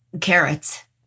carrots